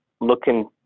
looking